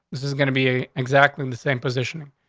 this is gonna be a exactly in the same position.